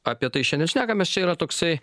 apie tai šiandien šnekamės čia yra toksai